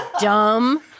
Dumb